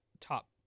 top